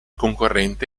concorrente